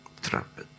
trapped